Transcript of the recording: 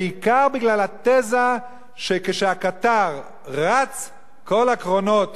בעיקר בגלל התזה שכשהקטר רץ כל הקרונות